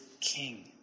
king